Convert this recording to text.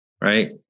right